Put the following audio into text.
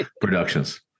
productions